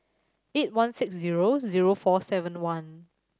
eight one six zero zero four seven one